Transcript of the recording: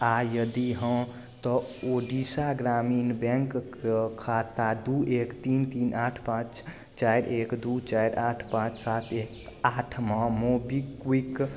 आ यदि हँ तऽ ओडिशा ग्रामीण बैंकके खाता दू एक तीन तीन आठ पाँच चारि एक दू चारि आठ पाँच सात एक आठ मे मोबीक्विक